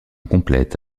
complète